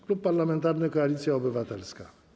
Klub Parlamentarny Koalicja Obywatelska.